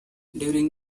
during